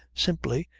simply,